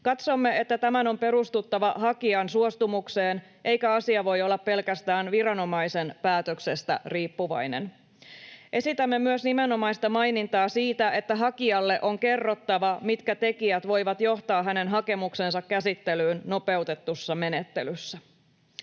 Katsomme, että tämän on perustuttava hakijan suostumukseen, eikä asia voi olla pelkästään viranomaisen päätöksestä riippuvainen. Esitämme myös nimenomaista mainintaa siitä, että hakijalle on kerrottava, mitkä tekijät voivat johtaa hänen hakemuksensa käsittelyyn nopeutetussa menettelyssä.